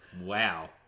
Wow